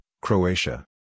Croatia